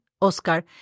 Oscar